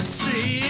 see